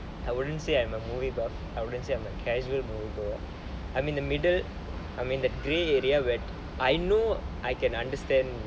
I wouldn't say I'm a movie buff I wouldn't say I'm a casual movie goer I'm in the middle I'm in the grey area where I know I can understand